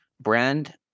brand